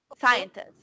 scientists